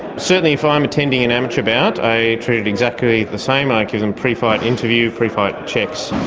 certainly if i'm attending an amateur bout i treat it exactly the same. i give them pre-fight interview, pre-fight checks,